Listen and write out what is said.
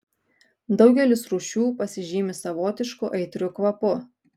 daugelis rūšių pasižymi savotišku aitriu kvapu